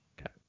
Okay